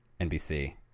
NBC